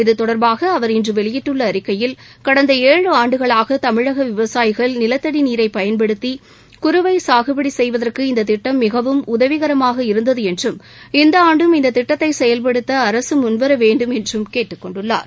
இது தொடர்பாக அவர் இன்று வெளியிட்டுள்ள அறிக்கையில் கடந்த ஏழு ஆண்டுகளாக தமிழக விவசாயிகள் நிலத்தடி நீரைப் பயன்படுத்தி குறுவை சாகுபடி செய்வதற்கு இந்தத் திட்டம் மிகவும் உதவிகரமாக இருந்தது என்றும் இந்த ஆண்டும் இந்தத் திட்டத்தை செயல்படுத்த அரசு முன்வர வேண்டும் என்றும் கேட்டுக் கொண்டுள்ளார்